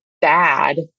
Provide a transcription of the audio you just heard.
bad